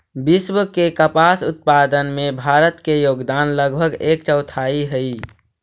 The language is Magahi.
विश्व के कपास उत्पादन में भारत के योगदान लगभग एक चौथाई हइ